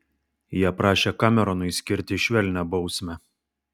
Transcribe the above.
jie prašė kameronui skirti švelnią bausmę